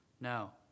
Now